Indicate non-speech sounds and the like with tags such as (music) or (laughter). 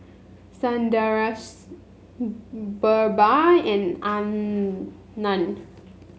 Sundaraiah (noise) BirbaL and Anand